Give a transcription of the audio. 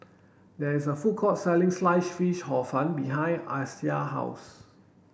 there is a food court selling sliced fish hor fun behind Allyssa house